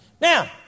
Now